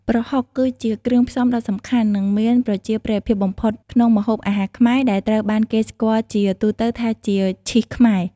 ប្រហុក គឺជាគ្រឿងផ្សំដ៏សំខាន់ និងមានប្រជាប្រិយភាពបំផុតក្នុងម្ហូបអាហារខ្មែរ ដែលត្រូវបានគេស្គាល់ជាទូទៅថាជា "ឈីសខ្មែរ"។